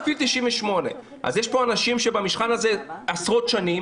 נפעיל 98. אז יש פה אנשים שנמצאים במשכן הזה עשרות שנים